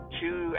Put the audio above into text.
two